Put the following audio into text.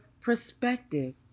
perspective